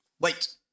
Wait